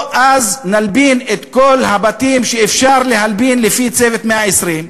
אז נלבין את כל הבתים שאפשר להלבין לפי "צוות 120 הימים".